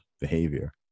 behavior